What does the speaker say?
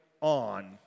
on